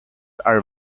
are